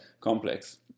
complex